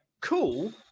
cool